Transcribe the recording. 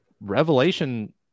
Revelation